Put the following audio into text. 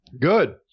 Good